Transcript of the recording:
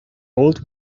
old